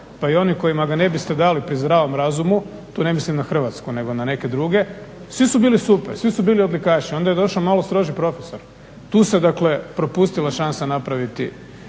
pa i oni kojima ga ne biste dali pri zdravom razumu, tu ne mislim na Hrvatsku nego na neke druge, svi su bili super, svi su bili odlikaši. Onda je došao malo stroži profesor, tu se dakle propustila šansa napraviti